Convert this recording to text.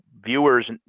viewers